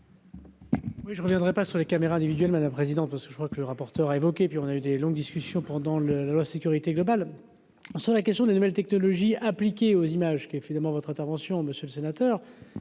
Je ne reviendrai pas sur les caméras individuelles, la président parce que je crois que le rapporteur a évoqué, puis on a eu des longues discussions pendant le la loi sécurité globale sur la question des nouvelles technologies appliquées aux images qui est finalement votre intervention, monsieur le sénateur,